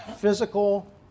Physical